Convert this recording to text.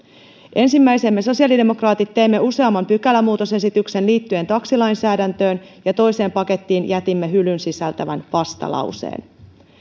ensimmäiseen me sosiaalidemokraatit teimme useamman pykälämuutosesityksen liittyen taksilainsäädäntöön ja toiseen pakettiin jätimme hylyn sisältävän vastalauseen